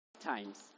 times